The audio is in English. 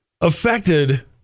affected